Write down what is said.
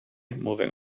moving